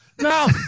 No